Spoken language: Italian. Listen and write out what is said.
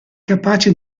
capace